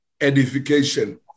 Edification